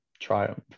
triumph